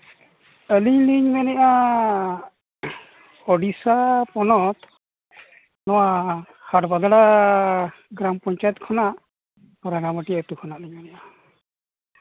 ᱟᱹᱞᱤᱧ ᱞᱤᱧ ᱢᱮᱱᱮᱫᱼᱟ ᱩᱰᱤᱥᱥᱟ ᱯᱚᱱᱚᱛ ᱱᱚᱣᱟ ᱦᱟᱴ ᱵᱟᱫᱽᱲᱟ ᱜᱨᱟᱢ ᱯᱚᱧᱪᱟᱭᱮᱹᱛ ᱠᱷᱚᱱᱟᱜ ᱨᱟᱸᱜᱟᱢᱟᱹᱴᱭᱟᱹ ᱟᱹᱛᱩ ᱠᱷᱚᱱᱟᱜ ᱞᱤᱧ ᱢᱮᱱᱮᱫᱼᱟ